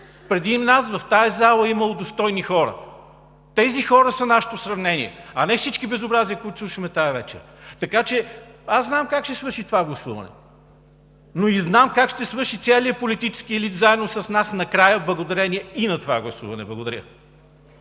Преди нас в тази зала е имало достойни хора. Тези хора са нашето сравнение, а не всички безобразия, които слушаме тази вечер. Аз знам как ще свърши това гласуване, но и знам как ще свърши целият политически елит заедно с нас накрая, благодарение и на това гласуване. Благодаря.